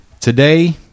Today